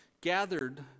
gathered